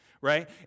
right